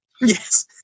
Yes